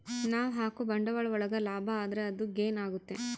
ನಾವ್ ಹಾಕೋ ಬಂಡವಾಳ ಒಳಗ ಲಾಭ ಆದ್ರೆ ಅದು ಗೇನ್ ಆಗುತ್ತೆ